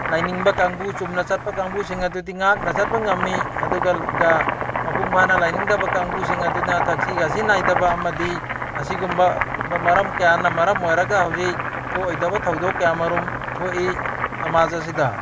ꯂꯥꯏꯅꯤꯡꯕ ꯀꯥꯡꯕꯨ ꯆꯨꯝꯅ ꯆꯠꯄ ꯀꯥꯡꯕꯨꯁꯤꯡ ꯑꯗꯨꯗꯤ ꯉꯥꯛꯅ ꯆꯠꯄ ꯉꯝꯃꯤ ꯑꯗꯨꯒ ꯃꯄꯨꯡ ꯐꯥꯅ ꯂꯥꯏꯅꯤꯡꯗꯕ ꯀꯥꯡꯕꯨꯁꯤꯡ ꯑꯗꯨꯅ ꯊꯛꯁꯤ ꯈꯥꯁꯤ ꯅꯥꯏꯗꯕ ꯑꯃꯗꯤ ꯑꯁꯤꯒꯨꯝꯕ ꯃꯔꯝ ꯀꯌꯥꯅ ꯃꯔꯝ ꯑꯣꯏꯔꯒ ꯍꯧꯖꯤꯛ ꯊꯣꯛꯑꯣꯏꯗꯕ ꯊꯧꯗꯣꯛ ꯀꯌꯥ ꯃꯔꯨꯝ ꯊꯣꯛꯏ ꯁꯃꯥꯖ ꯑꯁꯤꯗ